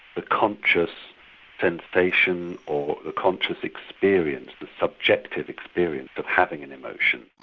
the conscious sensation or the conscious experience, the subjective experience of having an emotion.